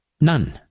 None